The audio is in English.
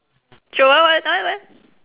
show what what what what